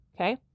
Okay